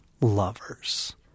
lovers